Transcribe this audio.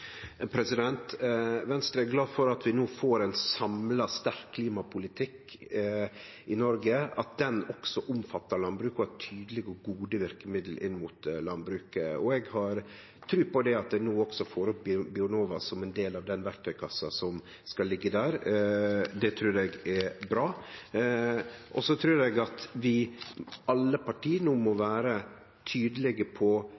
Venstre er glad for at vi no får ein samla, sterk klimapolitikk i Noreg, at den også omfattar landbruket og har tydelige og gode verkemiddel inn mot landbruket. Og eg har tru på at ein no også får opp Bionova som ein del av den verktøykassa som skal liggje der. Det trur eg er bra. Så trur eg at vi, alle parti, no må vere tydelege på